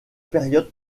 période